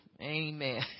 Amen